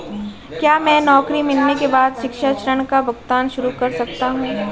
क्या मैं नौकरी मिलने के बाद शिक्षा ऋण का भुगतान शुरू कर सकता हूँ?